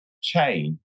chain